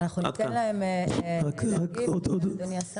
כפי שאתם שמים לב אני בן אנוש.